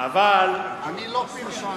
אני לא פרשנתי.